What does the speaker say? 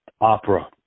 opera